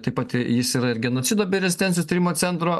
taip pat jis yra ir genocido bei rezistencijos tyrimo centro